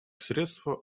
средство